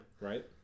Right